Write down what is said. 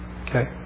Okay